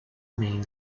main